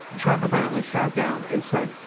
trump apparently sat down and said,